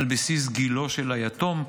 על בסיס גילו של היתום,